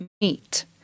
meet